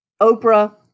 Oprah